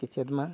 ᱠᱮᱪᱮᱫ ᱢᱟ